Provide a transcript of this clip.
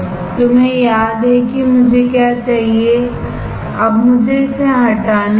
तुम्हें याद है कि मुझे क्या चाहिए अब मुझे इसे हटाने दो